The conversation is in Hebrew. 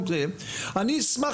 אני אשמח,